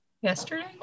yesterday